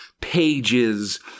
pages